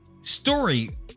story